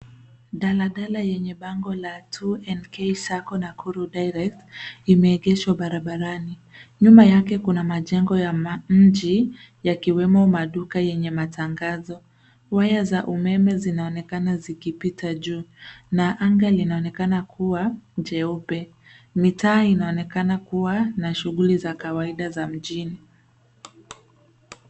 Daladala yenye bango la 2 NK Sacco Nakuru Direct imeegeshwa barabarani. Nyuma yake kuna majengo ya ma mji, yakiwemo maduka yenye matangazo. Waya za umeme zinaonekana zikipita juu, na anga linaonekana kuwa jeupe. Mitaa inaonekana kuwa na shughuli za kawaida za mjini.